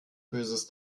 böses